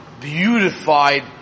beautified